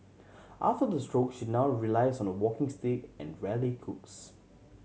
after the stroke she now relies on a walking stick and rarely cooks